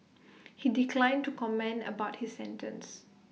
he declined to comment about his sentence